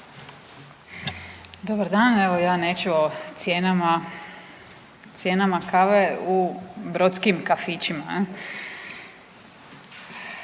Dobar dan. Evo ja neću o cijenama kave u brodskim kafićima,